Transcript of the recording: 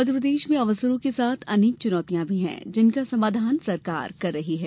मध्यप्रदेश में अवसरों के साथ अनेक चुनौतियां भी हैं जिनका समाधान सरकार कर रही है